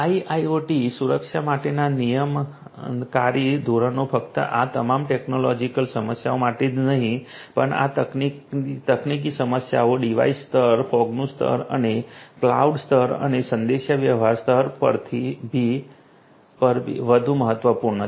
IIoT સુરક્ષા માટેના નિયમનકારી ધોરણો ફક્ત આ તમામ ટેકનોલોજીકલ સમસ્યાઓ માટે જ નહીં પણ આ તકનીકી સમસ્યાઓ ડિવાઇસ સ્તર ફોગનું સ્તર અને કલાઉડ સ્તર અને સંદેશાવ્યવહાર સ્તર પરભી વધુ મહત્વપૂર્ણ છે